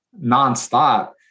nonstop